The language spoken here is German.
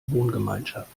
wohngemeinschaft